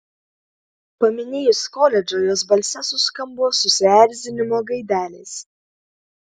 paminėjus koledžą jos balse suskambo susierzinimo gaidelės